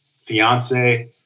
fiance